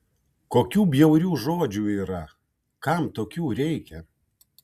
kokių bjaurių žodžių yra kam tokių reikia